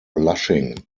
blushing